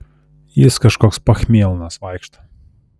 jis kažkoks pachmielnas vaikšto